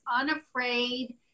unafraid